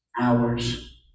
hours